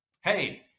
hey